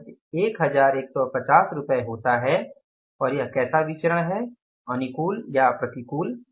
यह 1150 रुपये होता है और यह कैसा विचरण है अनुकूल या प्रतिकूल